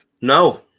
No